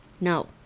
No